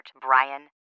Brian